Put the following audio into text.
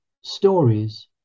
stories